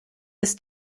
ist